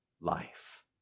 life